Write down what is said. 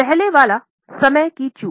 पहले वाला है समय की चूक